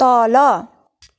तल